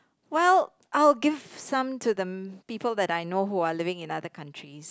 well I'll give some to the people that I know who are living in other countries